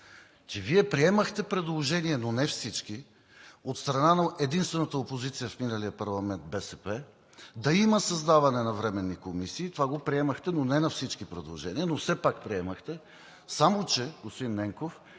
че Вие приемахте предложения, но не всички – от страна на единствената опозиция в миналия парламент БСП, да има създаване на временни комисии, това го приемахте, но не всички предложения, но все пак приемахте, само че, господин Ненков,